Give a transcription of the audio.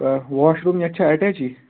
آ washroom یتھ چھا ایٚٹیچٕے